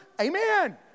Amen